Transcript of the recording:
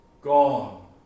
Gone